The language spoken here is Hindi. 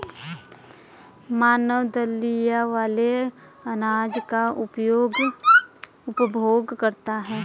मानव दलिया वाले अनाज का उपभोग करता है